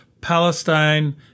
Palestine